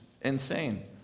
insane